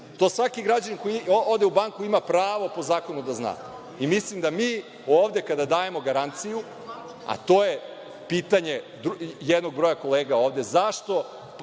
To svaki građanin koji ode u banku ima pravo po zakonu da zna. Mislim da mi ovde kada dajemo garanciju, a to je pitanje jednog broja kolega ovde – zašto